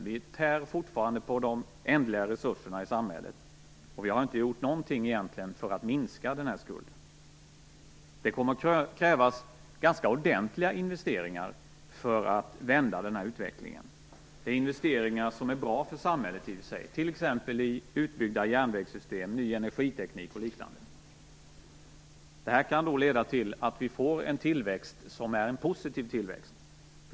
Vi tär fortfarande på de ändliga resurserna i samhället, och vi har egentligen inte gjort någonting för att minska den här skulden. Det kommer att krävas ganska ordentliga investeringar för att vända den här utvecklingen. Det är investeringar som är bra för samhället i och för sig, t.ex. utbyggda järnvägssystem, ny energiteknik och liknande. Detta kan leda till att vi får en positiv tillväxt.